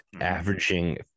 averaging